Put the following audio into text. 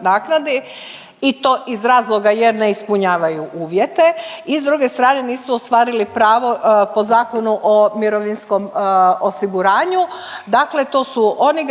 naknadi i to iz razloga jer ne ispunjavaju uvjete i s druge strane nisu ostvarili pravo po Zakonu o mirovinskom osiguranju. Dakle, to su oni građani